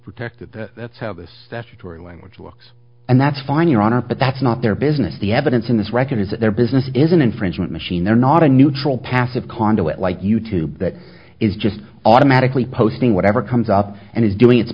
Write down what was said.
protected that's how this statutory language looks and that's fine your honor but that's not their business the evidence in this record is that their business is an infringement machine they're not a neutral passive conduit like you tube that is just automatically posting whatever comes up and is doing it